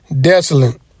desolate